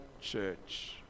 church